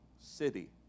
city